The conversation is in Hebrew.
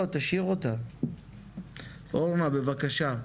אורנה בבקשה.